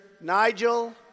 Nigel